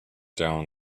down